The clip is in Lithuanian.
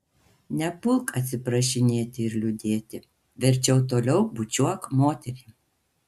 nepulk atsiprašinėti ir liūdėti verčiau toliau bučiuok moterį